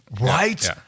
Right